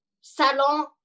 salon